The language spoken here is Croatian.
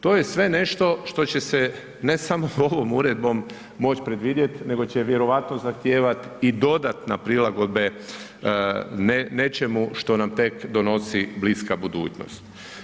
To je sve nešto što će se ne samo ovom uredbom moći predvidjeti, nego će vjerojatno zahtijevati i dodatne prilagodbe nečemu što nam tek donosi bliska budućnosti.